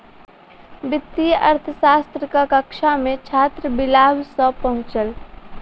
वित्तीय अर्थशास्त्रक कक्षा मे छात्र विलाभ सॅ पहुँचल